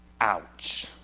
Ouch